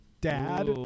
Dad